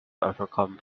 overcome